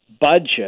budget